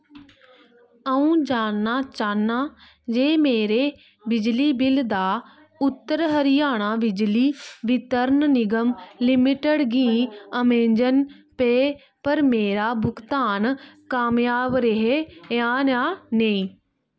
अ'ऊं जानना चाह्न्नां जे मेरे बिजली बिल दा उत्तर हरियाणा बिजली वितरण निगम लिमिटेड गी अमेजन पेऽ पर मेरा भुगतान कामयाब रेहा ऐ जां नेईं